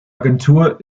agentur